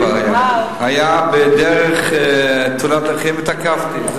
היתה בדרך תאונת דרכים והתעכבתי.